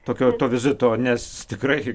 tokio to vizito nes tikrai